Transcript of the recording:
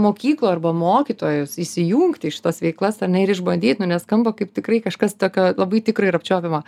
mokyklą arba mokytojus įsijungti į šitas veiklas ar ne ir išbandyt nu nes skamba kaip tikrai kažkas tokio labai tikro ir apčiuopiamo